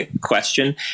question